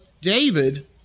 David